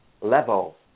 level